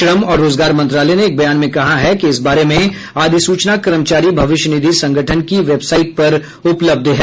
श्रम और रोजगार मंत्रालय ने एक बयान में कहा कि इस बारे में अधिसूचना कर्मचारी भविष्य निधि संगठन की वेबसाइट पर उपलब्ध है